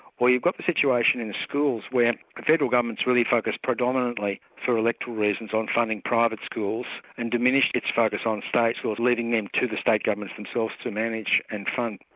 or you've got the situation in schools where the federal government's really focused predominantly for electoral reasons, on funding private schools and diminished its focus on states, leaving them to the state governments themselves to manage and fund.